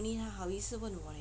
他好意思问我叻